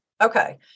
Okay